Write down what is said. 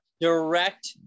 direct